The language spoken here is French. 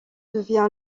devient